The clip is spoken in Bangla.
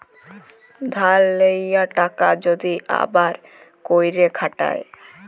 ধার লিয়া টাকা যদি আবার ক্যইরে খাটায়